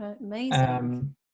Amazing